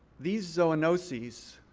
these zoonosis,